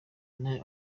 nawe